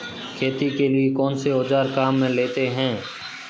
खेती के लिए कौनसे औज़ार काम में लेते हैं?